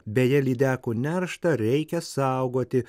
beje lydekų nerštą reikia saugoti